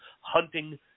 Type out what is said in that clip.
hunting